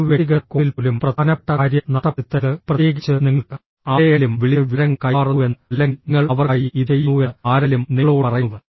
ഒരു വ്യക്തിഗത കോളിൽ പോലും പ്രധാനപ്പെട്ട കാര്യം നഷ്ടപ്പെടുത്തരുത് പ്രത്യേകിച്ച് നിങ്ങൾ ആരെയെങ്കിലും വിളിച്ച് വിവരങ്ങൾ കൈമാറുന്നുവെന്ന് അല്ലെങ്കിൽ നിങ്ങൾ അവർക്കായി ഇത് ചെയ്യുന്നുവെന്ന് ആരെങ്കിലും നിങ്ങളോട് പറയുന്നു